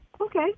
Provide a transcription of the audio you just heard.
Okay